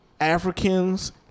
africans